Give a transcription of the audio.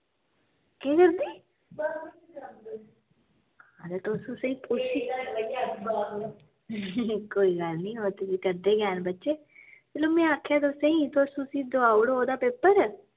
केह् करदी हां ते तुस उसी पुच्छी कोई गल्ल नी ओह् ते फ्ही करदे गै न बच्चे चलो में आखेआ तुसेंई तुस उसी दोआई ओड़ो ओह्दा पेपर